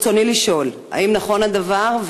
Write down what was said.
ברצוני לשאול: 1. האם נכון הדבר?